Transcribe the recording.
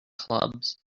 clubs